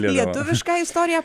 lietuvišką istoriją